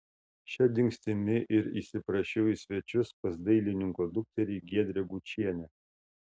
šia dingstimi ir įsiprašiau į svečius pas dailininko dukterį giedrę gučienę